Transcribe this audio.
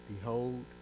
Behold